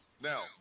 Now